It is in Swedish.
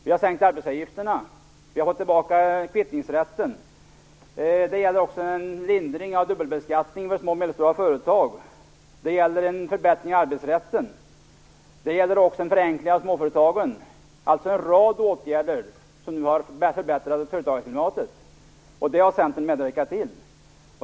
Vi har sänkt arbetsgivaravgifterna, vi fått tillbaka kvittningsrätten, en lindring av dubbelbeskattning för små och medelstora företag, en förbättring av arbetsrätten, en förenkling för småföretagen, alltså en rad åtgärder som förbättrar företagsklimatet. Det har Centern medverkat till.